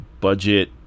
budget